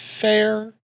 fair